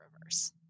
reverse